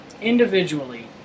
individually